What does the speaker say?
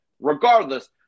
Regardless